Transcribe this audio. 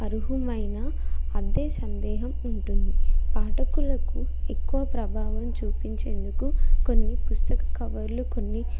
అర్హులేనా అనే సందేహం ఉంటుంది పాఠకులకు ఎక్కువ ప్రభావం చూపించేందుకు కొన్ని పుస్తక కవర్లు కొన్ని